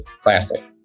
classic